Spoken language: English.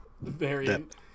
variant